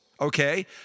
okay